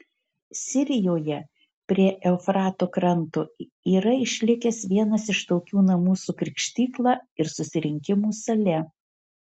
sirijoje prie eufrato kranto yra išlikęs vienas iš tokių namų su krikštykla ir susirinkimų sale